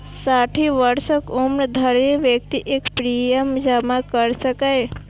साठि वर्षक उम्र धरि व्यक्ति एकर प्रीमियम जमा कैर सकैए